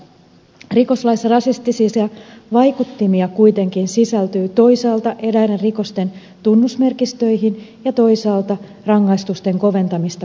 rikoslaissa rasistisia vaikuttimia kuitenkin sisältyy toisaalta eräiden rikosten tunnusmerkistöihin ja toisaalta rangaistusten koventamista koskeviin säännöksiin